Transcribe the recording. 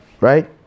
right